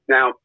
Now